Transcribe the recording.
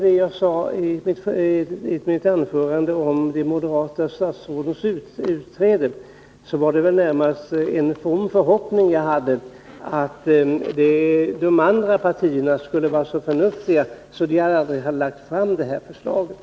Det jag sade i mitt anförande om de moderata statsrådens utträde innebar väl närmast en from förhoppning om att de andra partierna skulle ha varit så förnuftiga att de aldrig hade lagt fram det här förslaget.